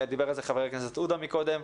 דיבר על זה חבר הכנסת עודה מקודם.